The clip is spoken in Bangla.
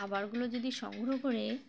খাবারগুলো যদি সংগ্রহ করে